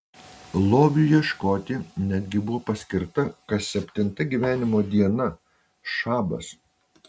lobiui ieškoti netgi buvo paskirta kas septinta gyvenimo diena šabas